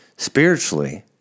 Spiritually